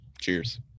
Cheers